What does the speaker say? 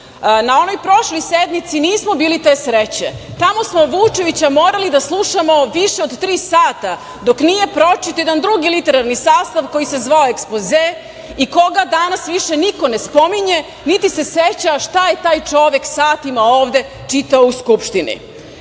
onoj prošloj sednici nismo bili ste sreće. Tamo smo Vučevića morali da slušamo više od tri sata dok nije pročitao jedan drugi literalni sastav koji se zvao – Ekspoze i koga danas više niko ne spominje, niti se seća šta je taj čovek satima ovde čitao u Skupštini.Međutim,